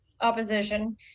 opposition